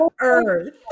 earth